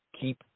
keep